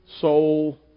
soul